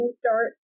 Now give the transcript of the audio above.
start